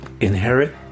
inherit